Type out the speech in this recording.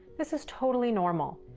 this is totally normal.